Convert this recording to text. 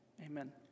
Amen